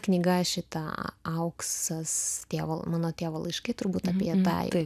knyga šita auksas tėvo mano tėvo laiškai turbūt apie tą